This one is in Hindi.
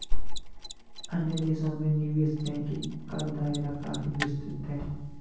अन्य देशों में निवेश बैंकिंग का दायरा काफी विस्तृत है